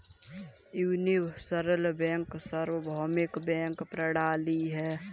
universal bank सार्वभौमिक bank प्रणाली है